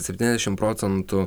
septyniasdešim procentų